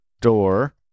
door